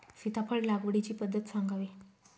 सीताफळ लागवडीची पद्धत सांगावी?